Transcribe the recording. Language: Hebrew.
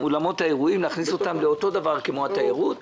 אולמות האירועים לאותו דבר כמו התיירות,